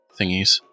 thingies